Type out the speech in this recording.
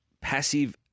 passive